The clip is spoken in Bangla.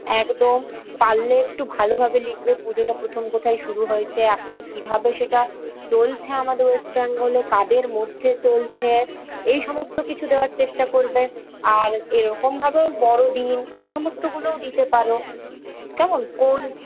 একদম পারলে একটু ভালোভাবে লিখবে পুজোটা প্রথম কোথায় শুরু হয়েছে এখন কীভাবে সেটা চলছে আমাদের ওয়েস্টবেঙ্গলে কাদের মধ্যে চলছে এই সমস্ত কিছু দেওয়ার চেষ্টা করবে আর এরকমভাবেও বড়দিন এই সমস্তগুলোও দিতে পারো কেমন কোন